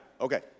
okay